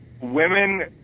women